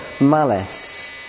malice